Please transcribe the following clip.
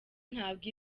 ntabwo